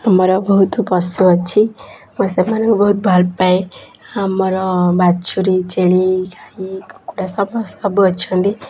ଆମର ବହୁତ ପଶୁ ଅଛି ମୁଁ ସେମାନଙ୍କୁ ବହୁତ ଭଲପାଏ ଆମର ବାଛୁରୀ ଛେଳି ଗାଈ କୁକୁଡ଼ା ସବୁ ଅଛନ୍ତି